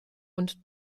und